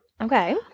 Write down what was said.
Okay